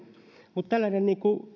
mutta tällainen